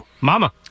Mama